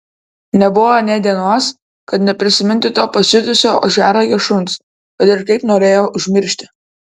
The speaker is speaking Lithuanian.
nebuvo nė dienos kad neprisimintų to pasiutusio ožiaragio šuns kad ir kaip norėjo užmiršti